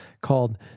called